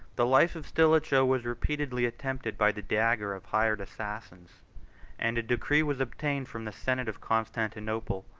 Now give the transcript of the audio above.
the life of stilicho was repeatedly attempted by the dagger of hired assassins and a decree was obtained from the senate of constantinople,